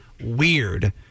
weird